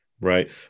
right